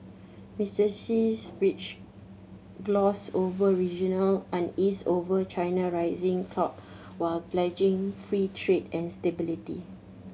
Mister Xi's speech glossed over regional unease over China rising clout while pledging free trade and stability